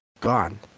gone